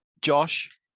Josh